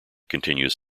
continues